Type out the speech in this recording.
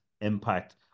impact